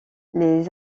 les